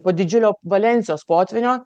po didžiulio valensijos potvynio